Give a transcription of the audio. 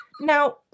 Now